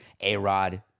A-Rod